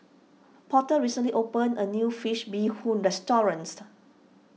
Porter recently opened a new Fish Bee Hoon restaurant